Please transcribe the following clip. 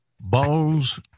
Balls